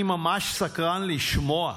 אני ממש סקרן לשמוע.